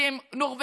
כי הם נורבגים,